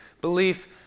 Belief